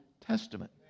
Testament